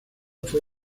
fue